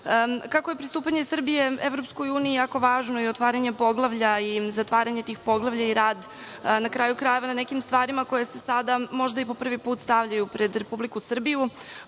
je pristupanje Srbije EU jako važno i otvaranje poglavlja i zatvaranje tih poglavlja i rad, a na kraju krajeva na nekim stvarima koje se sada možda po prvi put stavljaju pred Republiku Srbiju,